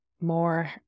more